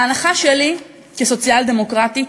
ההנחה שלי, כסוציאל-דמוקרטית,